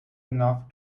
enough